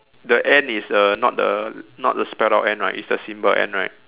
the and is uh not the not the spelt out and right is the symbol and right